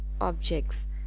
objects